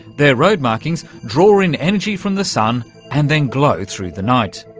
their road markings draw in energy from the sun and then glow through the night.